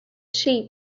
sheep